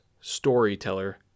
storyteller